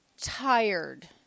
tired